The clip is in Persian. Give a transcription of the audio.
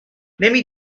نمی